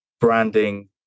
branding